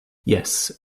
jes